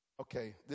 Okay